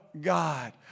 God